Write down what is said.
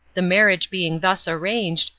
the marriage being thus arranged,